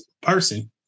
person